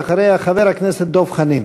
אחריה, חבר הכנסת דב חנין.